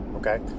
Okay